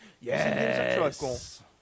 Yes